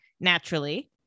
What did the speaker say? Naturally